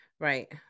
Right